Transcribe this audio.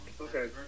Okay